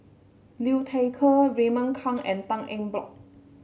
Liu Thai Ker Raymond Kang and Tan Eng Bock